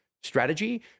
strategy